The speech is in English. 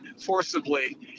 forcibly